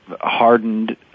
hardened